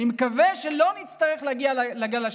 אני מקווה שלא נצטרך להגיע לגל השלישי,